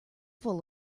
full